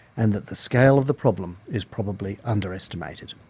and that the scale of the problem is probably underestimated.